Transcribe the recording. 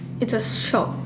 it's a shop